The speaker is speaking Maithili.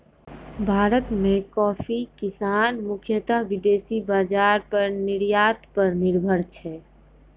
भारत मॅ कॉफी किसान मुख्यतः विदेशी बाजार पर निर्यात पर निर्भर छै